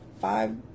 five